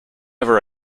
never